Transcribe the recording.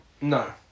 No